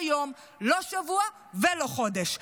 לא יום, לא שבוע ולא חודש.